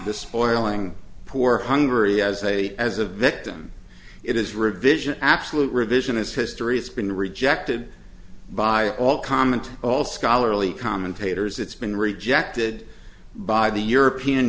the spoiling poor hungary as a as a victim it is revision absolute revisionist history it's been rejected by all comment all scholarly commentators it's been rejected by the european